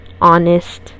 honest